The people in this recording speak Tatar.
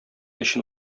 өчен